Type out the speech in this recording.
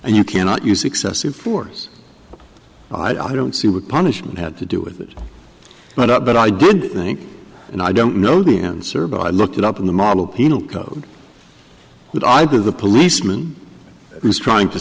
and you cannot use excessive force i don't see what punishment had to do it but up but i did think and i don't know the answer but i looked it up in the model penal code that i give the policeman who's trying to